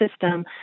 system